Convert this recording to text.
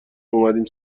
اومدیم